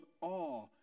awe